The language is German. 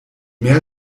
mehr